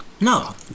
No